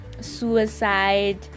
suicide